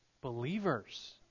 believers